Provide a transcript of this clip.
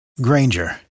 Granger